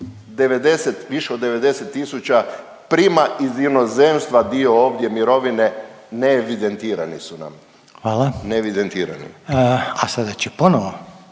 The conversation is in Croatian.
više od 90000 prima iz inozemstva dio ovdje mirovine neevidentirani su nam, neevidentirani.